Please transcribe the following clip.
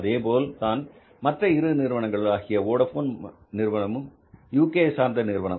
அதேபோல்தான் மற்ற இரு நிறுவனங்கள் ஆகிய வோடபோன் நிறுவனம் யுகே சார்ந்த நிறுவனம்